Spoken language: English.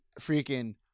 freaking